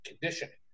conditioning